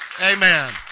Amen